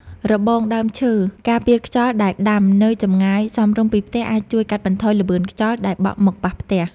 របងដើមឈើការពារខ្យល់ដែលដាំនៅចម្ងាយសមរម្យពីផ្ទះអាចជួយកាត់បន្ថយល្បឿនខ្យល់ដែលបក់មកប៉ះផ្ទះ។